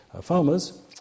farmers